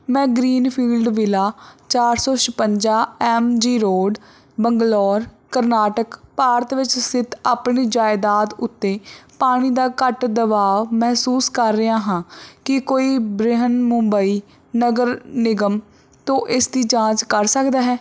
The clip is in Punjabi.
ਮੈਂ ਗ੍ਰੀਨ ਫੀਲਡ ਵਿਲਾ ਚਾਰ ਸੌ ਛਪੰਜਾ M G road Bangalore Karnataka Bharat ਵਿੱਚ ਸਥਿਤ ਆਪਣੀ ਜਾਇਦਾਦ ਉੱਤੇ ਪਾਣੀ ਦਾ ਘੱਟ ਦਬਾਅ ਮਹਿਸੂਸ ਕਰ ਰਿਹਾ ਹਾਂ ਕੀ ਕੋਈ ਬ੍ਰਿਹਨਮੁੰਬਈ ਨਗਰ ਨਿਗਮ ਤੋਂ ਇਸ ਦੀ ਜਾਂਚ ਕਰ ਸਕਦਾ ਹੈ